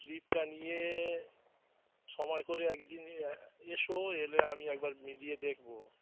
স্লিপটা নিয়ে সময় করে একদিন এসো এলে আমি একবার মিলিয়ে দেখবো